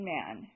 Man